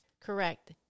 Correct